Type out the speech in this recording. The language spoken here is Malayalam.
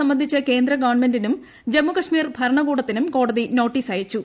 സംബന്ധിച്ച് കേന്ദ്ര ഗവൺമെന്റിനും ജമ്മുകാശ്മീർ ഇതു ഭരണകൂടത്തിനും കോടതി നോട്ടീസ് അയച്ചു